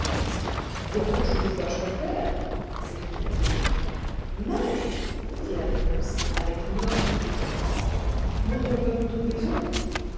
ou ne vois-je pas clair s'écria-t-il mike dit alphonse avec non moins d'étonnement mon compagnon de prison